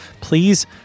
please